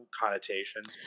connotations